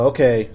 Okay